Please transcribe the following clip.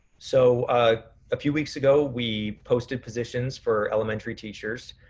so a few weeks ago we posted positions for elementary teachers.